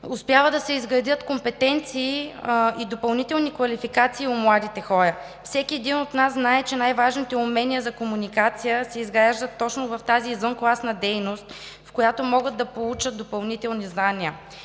успява да се изградят компетенции и допълнителни квалификации у младите хора. Всеки един от нас знае, че най-важните умения за комуникация се изграждат точно в тази извънкласна дейност, в която могат да получат допълнителни знания.